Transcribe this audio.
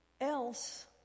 Else